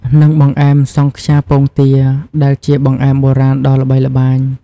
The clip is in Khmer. និង បង្អែមសង់ខ្យាពងទា ដែលជាបង្អែមបុរាណដ៏ល្បីល្បាញ។